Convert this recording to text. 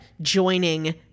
joining